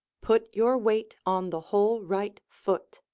put your weight on the whole right foot.